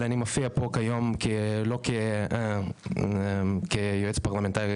אבל אני מופיע פה כיום לא כיועץ פרלמנטרי